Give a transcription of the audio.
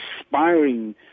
inspiring